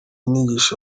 nigisha